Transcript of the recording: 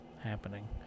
happening